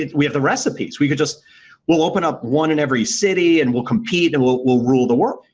ah we have the recipes. we could just we'll open up one in every city and we'll compete and we'll we'll rule the world.